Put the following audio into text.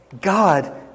God